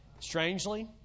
Strangely